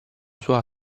sua